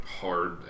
hard